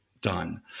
done